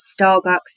Starbucks